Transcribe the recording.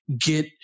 get